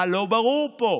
מה לא ברור פה?